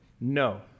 No